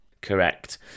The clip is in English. Correct